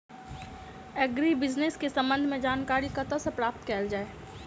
Agri business केँ संबंध मे जानकारी कतह सऽ प्राप्त कैल जाए?